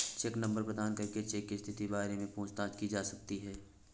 check number प्रदान करके cheque की स्थिति के बारे में पूछताछ की जा सकती है